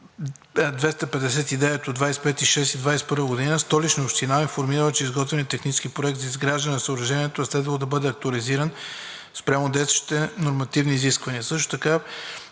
от 25 юни 2021 г. Столична община е информирала, че изготвеният технически проект за изграждане на съоръжението е следвало да бъде актуализиран спрямо действащите нормативни изисквания. Също така,